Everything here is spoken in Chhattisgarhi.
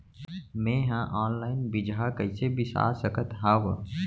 मे हा अनलाइन बीजहा कईसे बीसा सकत हाव